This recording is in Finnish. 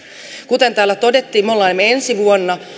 kuten täällä todettiin me olemme ensi vuonna